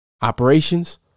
Operations